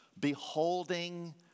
Beholding